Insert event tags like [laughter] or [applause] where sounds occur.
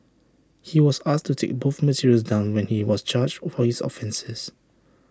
he was asked to take both materials down when he was charged [unintelligible] for his offences